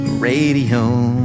radio